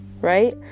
right